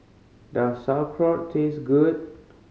does Sauerkraut taste good